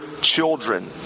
children